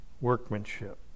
workmanship